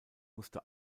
musste